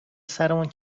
سرمون